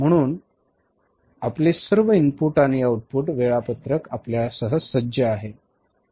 म्हणून आपले सर्व इनपुट आणि आउटपुट वेळापत्रक आपल्यासह सज्ज आहे